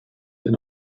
eine